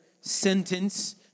sentence